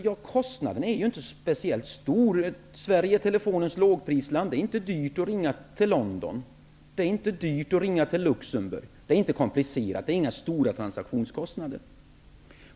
Ja, kostnaden är inte speciellt stor. Sverige är telefonens lågprisland, och det är inte dyrt att ringa till London eller till Luxemburg. Det är inte komplicerat. Det blir inga stora transaktionskostnader.